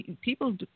people